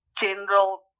general